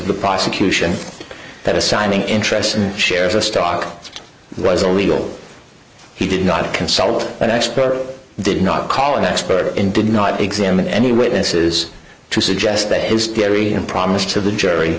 the prosecution that assigning interests and shares of stock was illegal he did not consult an expert did not call an expert in did not examine any witnesses to suggest that his theory and promise to the jury